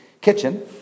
kitchen